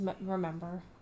remember